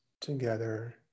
together